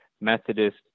Methodist